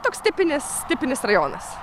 toks tipinis tipinis rajonas